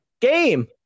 game